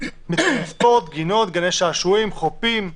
מתקני ספורט, גינות, גני שעשועים, חופים,